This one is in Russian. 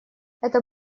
это